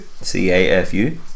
C-A-F-U